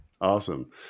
Awesome